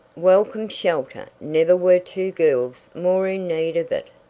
welcome shelter! never were two girls more in need of it.